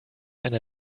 ende